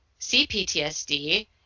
CPTSD